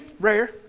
rare